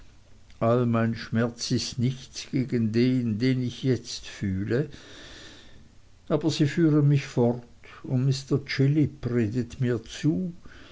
all mein schmerz ist nichts gegen den den ich jetzt fühle aber sie führen mich fort und mr chillip redet mir zu